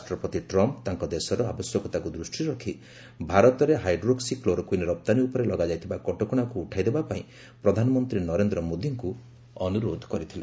ରାଷ୍ଟ୍ରପତି ଟ୍ରମ୍ପ ତାଙ୍କ ଦେଶର ଆବଶ୍ୟକତାକୁ ଦୃଷ୍ଟିରେ ରଖି ଭାରତରେ ହାଇଡ୍ରୋକ୍ସି କ୍ଲୋରୋକୁଇନ୍ ରପ୍ତାନୀ ଉପରେ ଲଗାଯାଇଥିବା କଟକଶାକୁ ଉଠାଇ ଦେବା ପାଇଁ ପ୍ରଧାନମନ୍ତ୍ରୀ ନରେନ୍ଦ୍ର ମୋଦିଙ୍କୁ ଅନୁରୋଧ କରିଥିଲେ